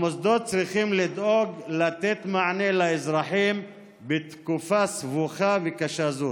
המוסדות צריכים לדאוג לתת מענה לאזרחים בתקופה סבוכה וקשה זו.